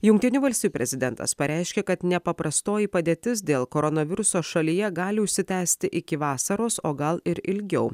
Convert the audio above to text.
jungtinių valstijų prezidentas pareiškė kad nepaprastoji padėtis dėl koronaviruso šalyje gali užsitęsti iki vasaros o gal ir ilgiau